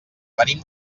venim